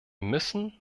müssen